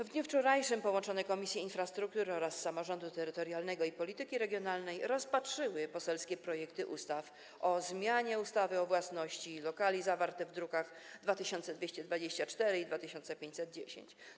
Wczoraj połączone Komisje: Infrastruktury oraz Samorządu Terytorialnego i Polityki Regionalnej rozpatrzyły poselskie projekty ustaw o zmianie ustawy o własności lokali zawarte w drukach nr 2224 i 2510.